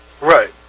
Right